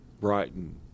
Brighton